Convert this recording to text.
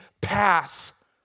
path